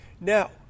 Now